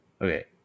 okay